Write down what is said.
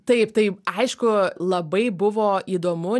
taip tai aišku labai buvo įdomu